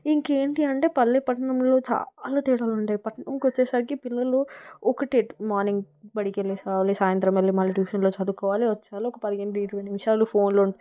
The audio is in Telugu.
ఇంకేంటి అంటే పల్లె పట్నంలో చాలా తేడాలుంటాయి పట్నంకు వచ్చేసరికి పిల్లలు ఒకటే మార్నింగ్ బడికి వెళ్ళేసి రావాలి సాయంత్రం వెళ్ళీ మళ్ళీ ట్యూషన్లొ చదువుకోవాలి వచ్చి పది ఇరవై నిమిషాలు ఫోన్లో